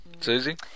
Susie